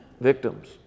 victims